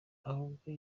ahubwo